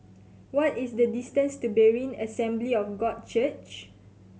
what is the distance to Berean Assembly of God Church